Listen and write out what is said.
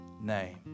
name